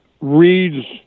reads